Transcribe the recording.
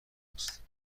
ماست